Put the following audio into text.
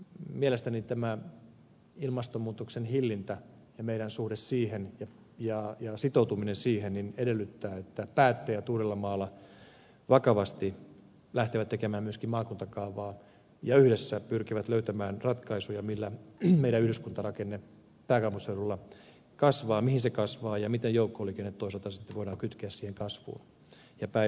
mielestäni tämä ilmastonmuutoksen hillintä ja meidän suhteemme siihen ja sitoutumisemme siihen edellyttävät että päättäjät uudellamaalla vakavasti lähtevät tekemään myöskin maakuntakaavaa ja yhdessä pyrkivät löytämään ratkaisuja millä meidän yhdyskuntarakenteemme pääkaupunkiseudulla kasvaa mihin se kasvaa ja miten joukkoliikenne toisaalta sitten voidaan kytkeä siihen kasvuun ja päinvastoin